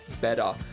better